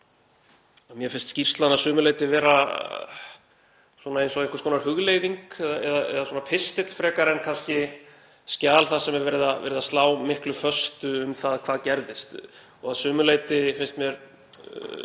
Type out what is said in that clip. mér finnst skýrslan að sumu leyti vera eins og einhvers konar hugleiðing eða pistill frekar en skjal þar sem er verið að slá miklu föstu um það hvað gerðist og að sumu leyti finnst mér